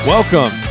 Welcome